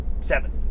seven